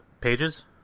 pages